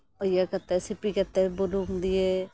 ᱤᱭᱟᱹ ᱠᱟᱛᱮᱫ ᱥᱤᱯᱤ ᱠᱟᱛᱮᱫ ᱵᱩᱞᱩᱝ ᱫᱤᱭᱮ